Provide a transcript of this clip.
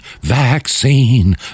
vaccine